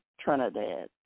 Trinidad